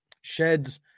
sheds